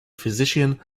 physician